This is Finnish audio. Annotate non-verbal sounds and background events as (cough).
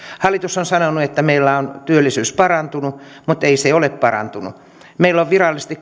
hallitus on sanonut että meillä on työllisyys parantunut mutta ei se ole parantunut meillä on virallisesti (unintelligible)